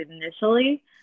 initially